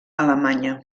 alemanya